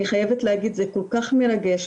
אני חייבת להגיד, זה כל כך מרגש.